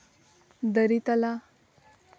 ᱫᱟᱨᱮ ᱛᱟᱞᱟ